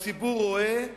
הציבור רואה,